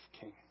king